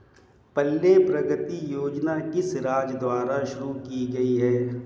पल्ले प्रगति योजना किस राज्य द्वारा शुरू की गई है?